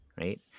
right